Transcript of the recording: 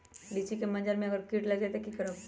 लिचि क मजर म अगर किट लग जाई त की करब?